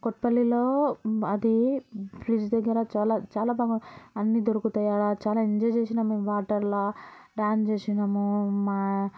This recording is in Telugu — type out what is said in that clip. కొప్పలిలో అది బ్రిడ్జి దగ్గర చాలా చాలా బాగా అన్నీ దొరుకుతాయి అక్కడ చాల ఎంజాయ్ చేసినాము మేము వాటర్లో డాన్స్ వేసినాము మా